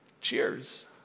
cheers